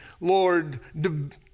Lord